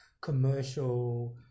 commercial